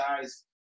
guys –